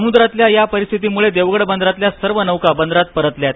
समुद्रातल्या या परिस्थितीमुळे देवगड बंदरातल्या सर्व नौका बंदरात परतल्या आहेत